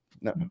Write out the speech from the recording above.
No